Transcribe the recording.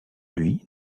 lui